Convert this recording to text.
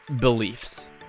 beliefs